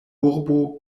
urbo